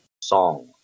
song